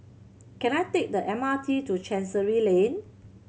can I take the M R T to Chancery Lane